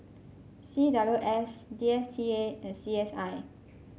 C W S D S T A and C S I